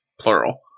Plural